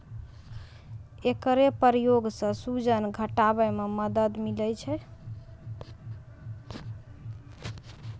एकरो प्रयोग सें सूजन घटावै म मदद मिलै छै